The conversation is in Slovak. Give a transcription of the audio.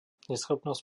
neschopnosť